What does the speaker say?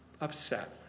upset